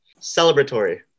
Celebratory